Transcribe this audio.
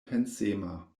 pensema